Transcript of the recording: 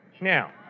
Now